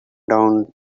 down